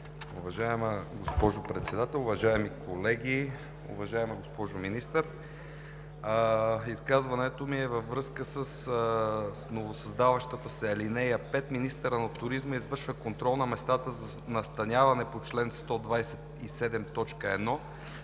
Уважаема госпожо Председател, уважаеми колеги, уважаема госпожо Министър! Изказването ми е във връзка с новосъздаващата се ал. 5: „Министърът на туризма извършва контрол на местата за настаняване по чл. 127,